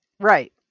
Right